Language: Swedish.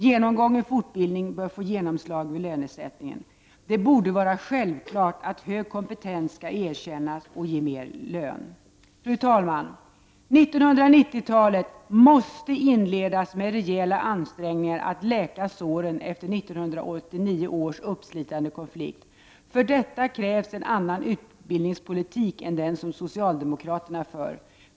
Genomgången fortbildning bör få genomslag vid lönesättningen. Det borde vara självklart att hög kompetens skall erkännas och ge mer lön. Fru talman! 1990-talet måste inledas med rejäla ansträngningar att läka såren efter 1989 års uppslitande konflikt. För detta krävs en annan utbildningspolitik än den som socialdemokraterna för.